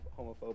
homophobic